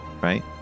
right